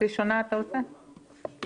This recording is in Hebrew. הצבעה הבקשה להקדמת הדיון התקבלה.